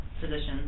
physicians